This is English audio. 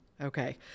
Okay